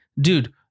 dude